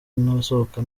n’abasohoka